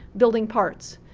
building parts.